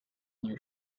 their